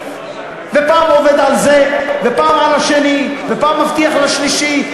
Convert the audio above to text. ופעם עובד על זה ופעם על השני ופעם מבטיח לשלישי.